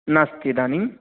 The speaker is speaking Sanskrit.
नास्ति इदानीं